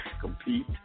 compete